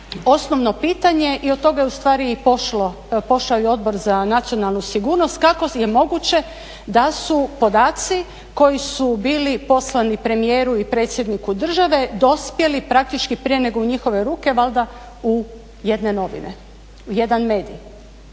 osnovno pitanje i od toga je ustvari pošao i Odbor za nacionalnu sigurnost kako je moguće da su podaci koji su bili poslani premijeru i predsjedniku države dospjeli praktički prije nego u njihove ruke valjda u jedne novine u jedan medij.